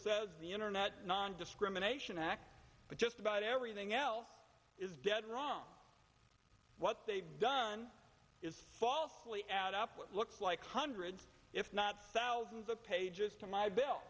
says the internet nondiscrimination act but just about everything else is dead wrong what they've done is falsely add up what looks like hundreds if not thousands of pages to my bill